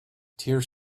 tears